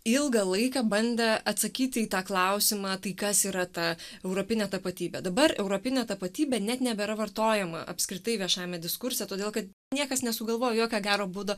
ilgą laiką bandė atsakyti į tą klausimą tai kas yra ta europinė tapatybė dabar europinė tapatybė net nebėra vartojama apskritai viešajame diskurse todėl kad niekas nesugalvojo jokio gero būdo